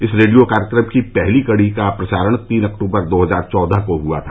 इस रेडियो कार्यक्रम की पहली कड़ी का प्रसारण तीन अक्टूबर दो हजार चौदह को हुआ था